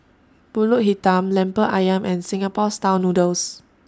Pulut Hitam Lemper Ayam and Singapore Style Noodles